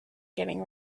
getting